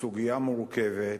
סוגיה מורכבת,